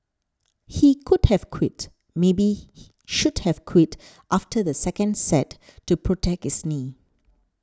he could have quit maybe should have quit after the second set to protect his knee